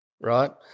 right